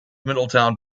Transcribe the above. middletown